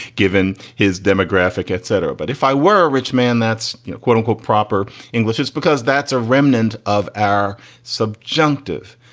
given his demographic, etc, but if i were a rich man, that's a quote unquote proper english. it's because that's a remnant of our subjunctive.